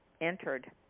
entered